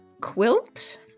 quilt